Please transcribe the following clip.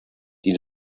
die